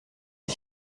est